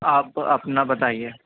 آپ اپنا بتائیے